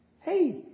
Hey